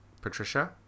Patricia